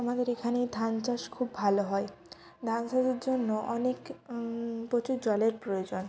আমাদের এখানে ধান চাষ খুব ভালো হয় ধান চাষের জন্য অনেক প্রচুর জলের প্রয়োজন